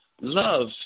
love